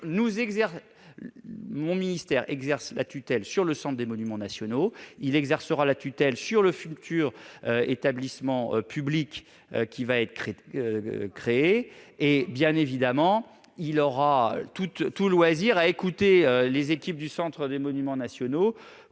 Mon ministère exerce une tutelle sur le Centre des monuments nationaux ; il exercera une tutelle sur le futur établissement public qui sera créé. Il aura donc tout loisir d'écouter les équipes du Centre des monuments nationaux.